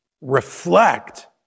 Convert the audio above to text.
reflect